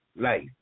life